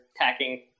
attacking